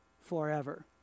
forever